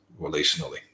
relationally